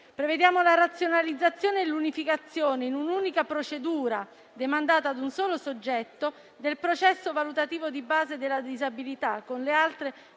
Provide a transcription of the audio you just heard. Prevediamo la razionalizzazione e l'unificazione, in un'unica procedura demandata ad un solo soggetto, del processo valutativo di base della disabilità con le altre